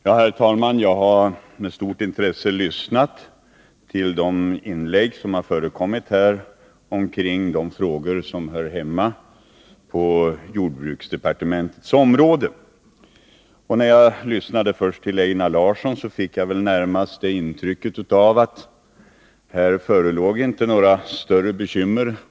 Herr talman! Jag har med stort intresse lyssnat till de inlägg som här har förekommit omkring de frågor som hör hemma inom jordbruksdepartementets område. När jag lyssnade till Einar Larsson fick jag närmast ett intryck av att här inte förelåg några större bekymmer.